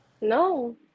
no